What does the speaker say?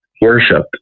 worship